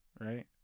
right